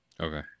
Okay